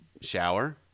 shower